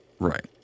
Right